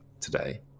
today